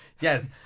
yes